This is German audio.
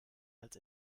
als